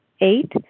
Eight